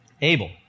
Abel